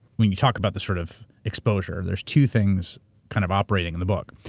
when you talk about the sort of exposure, there's two things kind of operating in the book.